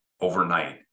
overnight